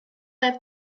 had